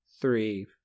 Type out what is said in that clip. three